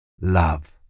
love